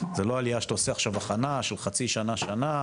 זו לא עלייה שעושים הכנה של חצי שנה או שנה,